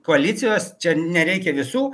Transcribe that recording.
koalicijos čia nereikia visų